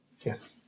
Yes